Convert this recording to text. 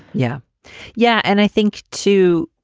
yeah yeah. and i think, too,